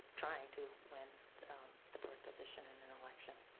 trying to win the board position in an election.